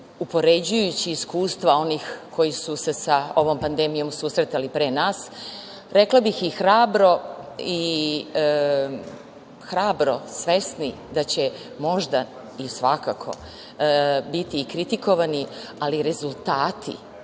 upoređujući iskustva onih koji su se sa ovom pandemijom susretali pre nas, rekla bih i hrabro, hrabro svesni da će možda i svakako biti i kritikovani, ali rezultati